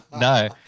No